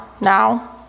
now